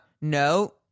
no